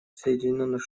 соединенных